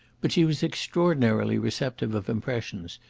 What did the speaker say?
but she was extraordinarily receptive of impressions,